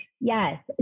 yes